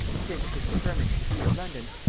since his preferment to the see of london,